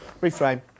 Reframe